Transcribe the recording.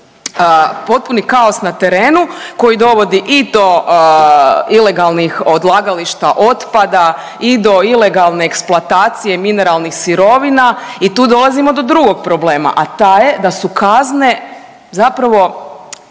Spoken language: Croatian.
potpuni kaos na terenu koji dovodi i do ilegalnih odlagališta otpada i do ilegalne eksploatacije mineralnih sirovina i tu dolazimo do drugog problema, a taj je da su kazne zapravo